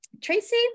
Tracy